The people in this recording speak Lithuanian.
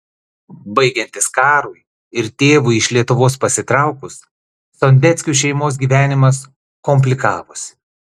baigiantis karui ir tėvui iš lietuvos pasitraukus sondeckių šeimos gyvenimas komplikavosi